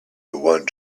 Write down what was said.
one